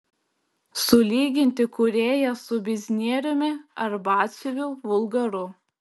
sulyginti kūrėją su biznieriumi ar batsiuviu vulgaru